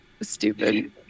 Stupid